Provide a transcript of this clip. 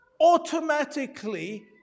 automatically